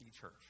church